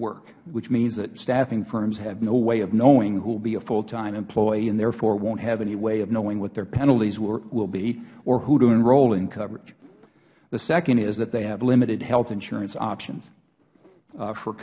work which means that staffing firms have no way of knowing who will be a full time employee and therefore wont have any way of knowing what their penalties will be or who to enroll in coverage the second is that they have limited health insurance options for